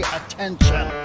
attention